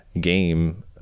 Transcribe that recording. game